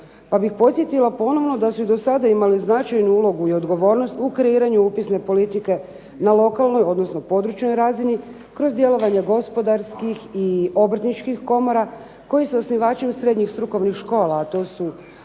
Pa bih podsjetila ponovno da su i do sada imali značajnu ulogu i odgovornost u kreiranju upisne politike na lokalnoj, odnosno područnoj razini, kroz djelovanja gospodarskih i obrtničkih komora koji su osnivači srednjih strukovnih škola, a to su